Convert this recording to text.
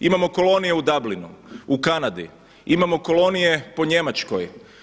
Imamo kolonije u Dublinu, u Kanadi, imamo kolonije po Njemačkoj.